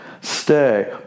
Stay